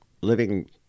living